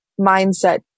mindset